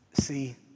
see